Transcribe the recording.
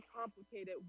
complicated